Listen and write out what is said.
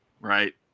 right